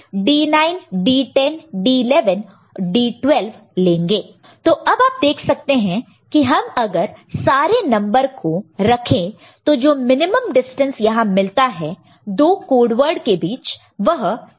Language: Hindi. P1 D3 ⊕ D5 ⊕ D7 ⊕ D9 ⊕ D11 P2 D3 ⊕ D6 ⊕ D7 ⊕ D10 ⊕ D11 P4 D5 ⊕ D6 ⊕ D7 ⊕ D12 P8 D9 ⊕ D10 ⊕ D11 ⊕ D12 तो अब आप देख सकते हैं कि हम अगर सारे नंबर को रखे तो जो मिनिमम डिस्टेंस यहां मिलता है दो कोड वर्ड के बीच वह 3 है